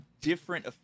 different